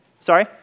Sorry